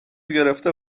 گرفته